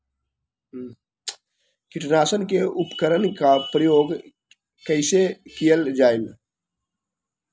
किटनाशक उपकरन का प्रयोग कइसे कियल जाल?